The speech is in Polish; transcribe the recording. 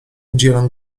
udzielam